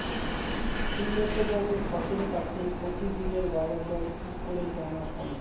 উন্নত মানের ফসল পাঠিয়ে প্রতিদিনের বাজার দর কি করে জানা সম্ভব?